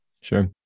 Sure